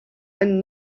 ein